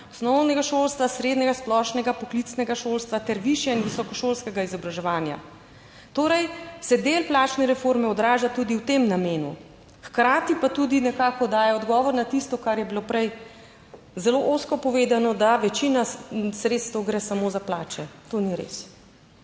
osnovnega šolstva, srednjega, splošnega, poklicnega šolstva ter višje in visokošolskega izobraževanja, torej se del plačne reforme odraža tudi v tem namenu, hkrati pa tudi nekako daje odgovor na tisto, kar je bilo prej zelo ozko povedano, da večina sredstev gre samo za plače. To ni res.